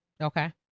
okay